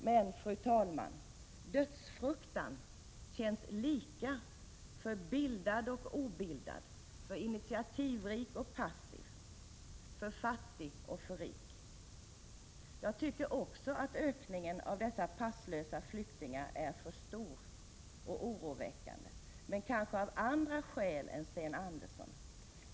Men, fru talman, dödsfruktan känns lika för bildad och obildad, för initiativrik och passiv och för fattig och rik. Jag tycker också att ökningen av dessa passlösa flyktingar är för stor och oroväckande, men kanske av andra skäl än Sten Andersson i Malmö.